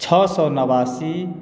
छओ सए नबासी